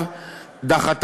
תודה רבה, חבר הכנסת